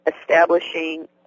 establishing